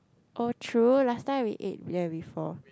oh true last time we ate there before